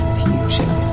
future